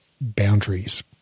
boundaries